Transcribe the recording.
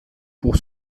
pour